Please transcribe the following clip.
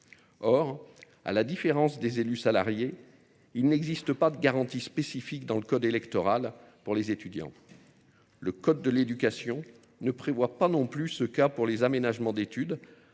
Or, à la différence des élus salariés, il n'existe pas de garantie spécifique dans le code électoral pour les étudiants. Le Code de l'éducation ne prévoit pas non plus ce cas pour les aménagements d'études,